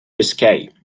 biscay